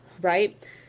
right